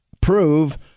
prove